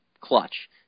clutch